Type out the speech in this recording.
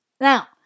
Now